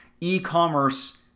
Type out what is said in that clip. e-commerce